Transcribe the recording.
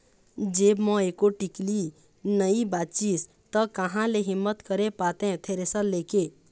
जेब म एको टिकली नइ बचिस ता काँहा ले हिम्मत करे पातेंव थेरेसर ले के